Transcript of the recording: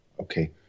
okay